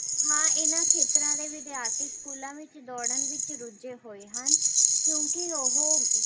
ਹਾਂ ਇਨ੍ਹਾਂ ਖੇਤਰਾਂ ਦੇ ਵਿਦਿਆਰਥੀ ਸਕੂਲਾਂ ਵਿੱਚ ਦੌੜਨ ਵਿੱਚ ਰੁੱਝੇ ਹੋਏ ਹਨ ਕਿਉਂਕਿ ਉਹ